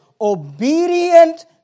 obedient